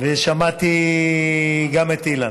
ושמעתי גם את אילן.